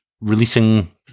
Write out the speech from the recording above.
releasing